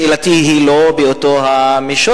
שאלתי היא לא באותו המישור,